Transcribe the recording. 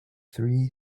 three